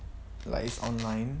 like it's online